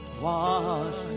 Washed